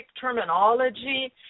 terminology